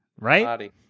right